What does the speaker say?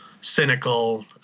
cynical